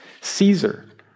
Caesar